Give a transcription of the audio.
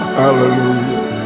hallelujah